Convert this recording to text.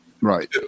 Right